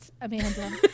Amanda